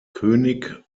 könig